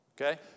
Okay